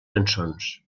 cançons